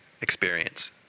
experience